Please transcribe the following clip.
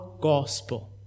gospel